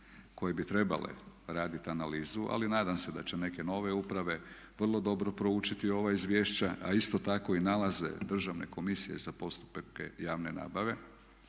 koje bi trebale radit analizu, ali nadam se da će neke nove uprave vrlo dobro proučiti ova izvješća, a isto tako i nalaze Državne komisije za postupke javne nabave